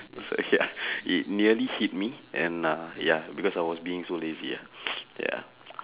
so ya it nearly hit me and uh ya because I was being so lazy uh ya